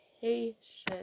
patience